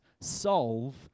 solve